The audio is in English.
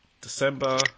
December